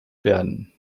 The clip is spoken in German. werden